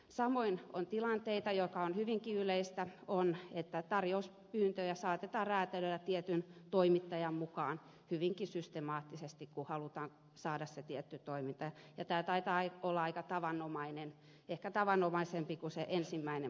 samoin on tilanteita jotka ovat hyvinkin yleisiä että tarjouspyyntöjä saatetaan räätälöidä tietyn toimittajan mukaan hyvinkin systemaattisesti kun halutaan saada se tietty toiminta ja tämä taitaa olla aika tavanomaista ehkä tavanomaisempaa kuin se ensimmäinen mainitsemani asia